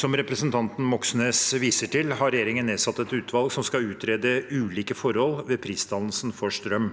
Som representanten Moxnes viser til, har regjeringen nedsatt et utvalg som skal utrede ulike forhold ved prisdannelsen for strøm.